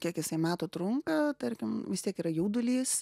kiek jisai metų trunka tarkim vis tiek yra jaudulys